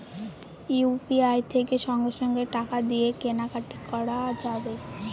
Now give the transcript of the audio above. UPI থেকে সঙ্গে সঙ্গে টাকা দিয়ে কেনা কাটি করা যাবে